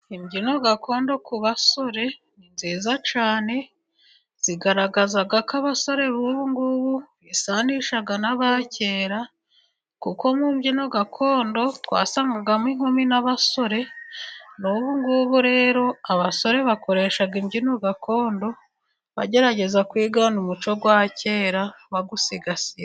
Imbyino gakondo ku basore nziza cyane. Zigaragaza ko abasore b'ubungubu bisanishaga n'aba kera. Kuko mu imbyino gakondo twasangagamo inkumi n'abasore. N'ubugubu rero, abasore bakoreshaga imbyino gakondo, Bagerageza kwigana umuco wa kera bawusigasira.